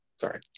Sorry